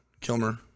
Kilmer